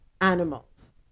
animals